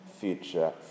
future